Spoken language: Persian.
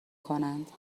کنند